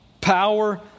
power